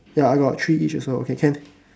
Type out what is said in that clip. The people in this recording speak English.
ya I got three each also okay can